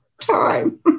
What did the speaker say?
time